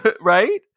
Right